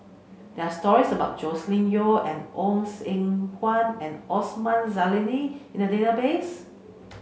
there are stories about Joscelin Yeo and Ong Eng Guan and Osman Zailani in the database